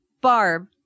Barb